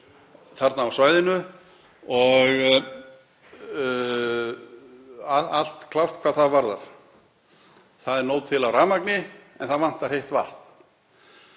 þarna á svæðinu og allt klárt hvað það varðar. Það er nóg til af rafmagni en það vantar heitt vatn.